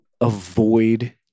avoid